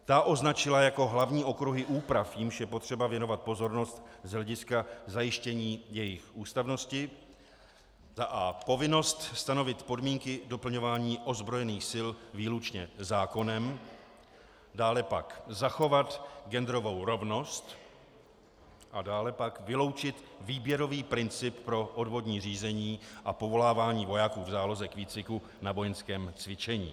Ta označila jako hlavní okruhy úprav, jimž je potřeba věnovat pozornost z hlediska zajištění jejich ústavnosti: a) povinnost stanovit podmínky doplňování ozbrojených sil výlučně zákonem, dále pak zachovat genderovou rovnost a dále pak vyloučit výběrový princip pro odvodní řízení a povolávání vojáků v záloze k výcviku na vojenském cvičení.